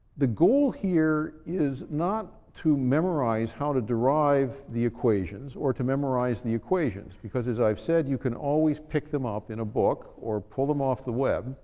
the goal here is not to memorize how to derive the equations, or to memorize the equations. because, as i've said, you can always pick them up in a book, or pull them off the web,